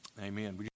Amen